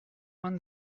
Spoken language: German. man